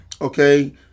okay